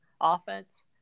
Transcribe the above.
offense